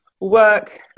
Work